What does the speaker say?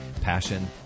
passion